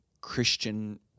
Christian